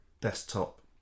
desktop